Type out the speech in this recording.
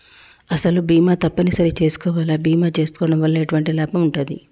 అసలు బీమా తప్పని సరి చేసుకోవాలా? బీమా చేసుకోవడం వల్ల ఎటువంటి లాభం ఉంటది?